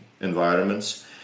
environments